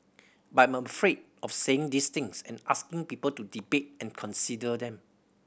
but I'm afraid of saying these things and asking people to debate and consider them